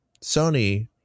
Sony